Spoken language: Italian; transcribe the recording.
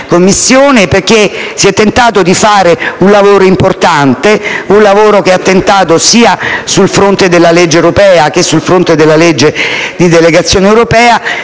perché si è tentato di fare un lavoro importante, un lavoro che ha tentato, sia sul fronte della legge europea che su quello delle la legge di delegazione europea